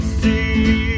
see